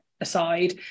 aside